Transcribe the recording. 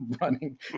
running